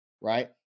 right